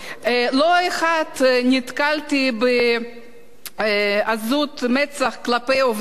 לא אחת נתקלתי בעזות מצח כלפי עובדי קבלן,